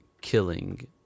killing